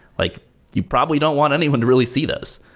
like you probably don't want anyone to really see those.